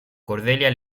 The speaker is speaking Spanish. cordelia